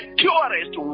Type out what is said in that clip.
purest